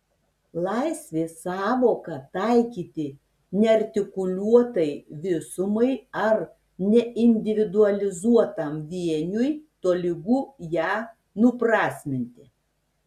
laisvės sąvoką taikyti neartikuliuotai visumai ar neindividualizuotam vieniui tolygu ją nuprasminti